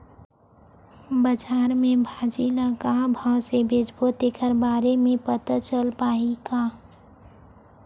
बजार में भाजी ल का भाव से बेचबो तेखर बारे में पता चल पाही का?